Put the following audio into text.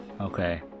Okay